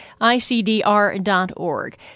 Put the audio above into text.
ICDR.org